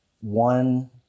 one